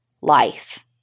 life